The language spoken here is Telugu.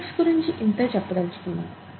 ఫిజిక్స్ గురించి ఇంతే చెప్పదలచుకున్నాను